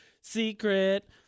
Secret